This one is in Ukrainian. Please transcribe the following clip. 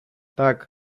так